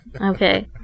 Okay